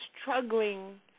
struggling